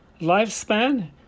lifespan